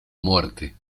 muerte